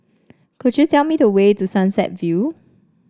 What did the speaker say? could you tell me the way to Sunset View